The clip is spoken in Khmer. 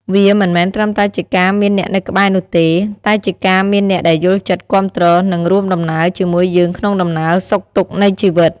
វាមិនមែនត្រឹមតែជាការមានអ្នកនៅក្បែរនោះទេ តែជាការមានអ្នកដែលយល់ចិត្ត គាំទ្រ និងរួមដំណើរជាមួយយើងក្នុងដំណើរសុខទុក្ខនៃជីវិត។